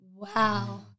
Wow